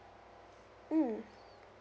mm